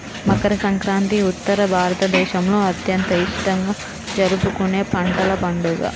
మకర సంక్రాంతి ఉత్తర భారతదేశంలో అత్యంత ఇష్టంగా జరుపుకునే పంటల పండుగ